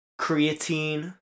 creatine